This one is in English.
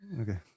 okay